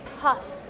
puff